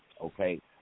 okay